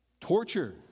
torture